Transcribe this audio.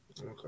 Okay